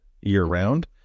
year-round